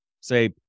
say